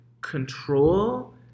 control